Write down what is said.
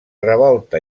revolta